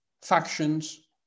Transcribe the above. factions